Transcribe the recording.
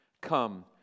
Come